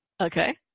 Okay